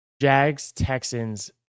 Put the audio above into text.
Jags-Texans